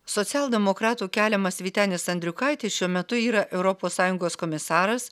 socialdemokratų keliamas vytenis andriukaitis šiuo metu yra europos sąjungos komisaras